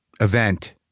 event